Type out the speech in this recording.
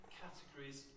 categories